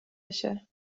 بشه